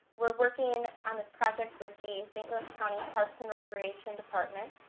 we're working on this project with the st. louis county parks and recreation department,